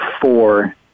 four